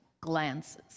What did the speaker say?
glances